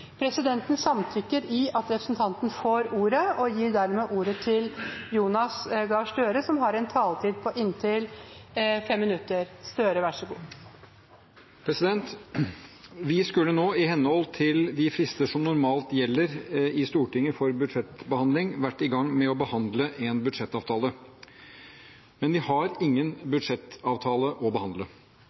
Presidenten samtykker i at representanten får ordet, og gir dermed ordet til Jonas Gahr Støre, som har en taletid på inntil 5 minutter. Vi skulle nå, i henhold til de frister som normalt gjelder i Stortinget for budsjettbehandling, vært i gang med å behandle en budsjettavtale. Men vi har ingen budsjettavtale å behandle.